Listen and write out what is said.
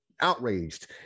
outraged